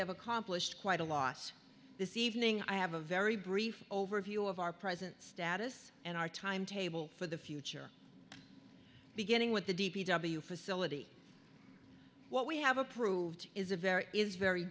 have accomplished quite a loss this evening i have a very brief overview of our present status and our timetable for the future beginning with the d p w facility what we have approved is a very is very